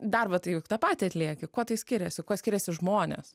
darbą tai juk tą patį atlieki kuo tai skiriasi kuo skiriasi žmonės